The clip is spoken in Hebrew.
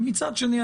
ומצד שני,